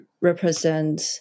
represent